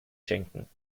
schenken